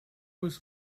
was